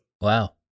Wow